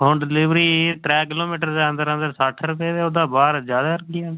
home delivery त्रै kilometre दे अंदर अंदर सट्ठ रपेऽ ते ओह्दे बाह्र जैदा लग्गी जाह्ङन